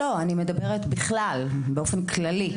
אני מדברת באופן כללי.